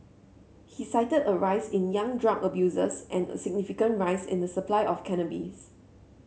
he cited a rise in young drug abusers and a significant rise in the supply of cannabis